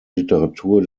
literatur